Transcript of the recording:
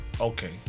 Okay